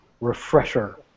Refresher